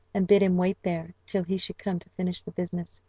and bid him wait there, till he should come to finish the business.